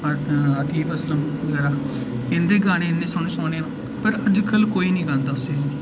आतिफ असलम बगैरा इं'दे गाने इ'न्ने सोह्ने सोह्ने न पर अज्जकल कोई निं गांदा उस चीज़ गी